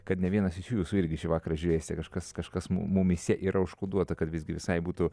kad ne vienas iš jūsų irgi šį vakarą žiūrėsite kažkas kažkas mu mumyse yra užkoduota kad visgi visai būtų